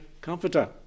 comforter